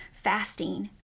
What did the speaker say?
fasting